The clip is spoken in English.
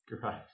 Great